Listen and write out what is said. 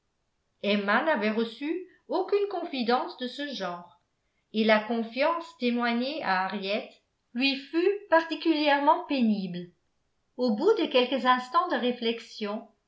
emma n'avait reçu aucune confidence de ce genre et la confiance témoignée à henriette lui fut particulièrement pénible au bout de quelques instants de réflexion